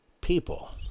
people